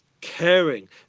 caring